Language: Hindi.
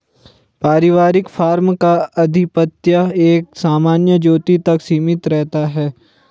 पारिवारिक फार्म का आधिपत्य एक सामान्य ज्योति तक सीमित रहता है